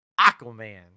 Aquaman